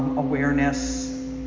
awareness